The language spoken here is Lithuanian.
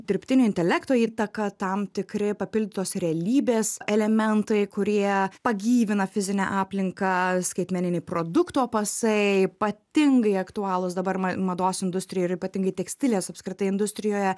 dirbtinio intelekto įtaką tam tikri papildytos realybės elementai kurie pagyvina fizinę aplinką skaitmeniniai produkto pasai ypatingai aktualūs dabar ma mados industrijoj ir ypatingai tekstilės apskritai industrijoje